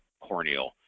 corneal